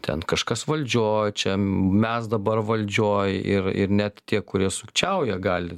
ten kažkas valdžioj čia mes dabar valdžioj ir ir net tie kurie sukčiauja gali